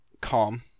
Calm